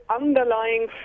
underlying